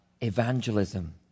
evangelism